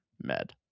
Med